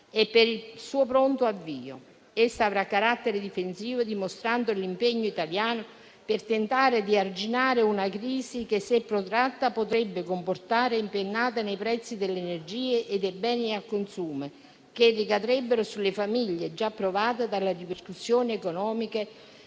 e per il suo pronto avvio. Essa avrà carattere difensivo, dimostrando l'impegno italiano per tentare di arginare una crisi che, se protratta, potrebbe comportare un'impennata nei prezzi delle energie e dei beni al consumo che ricadrebbero sulle famiglie già provate dalle ripercussioni economiche